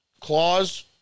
clause